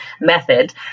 method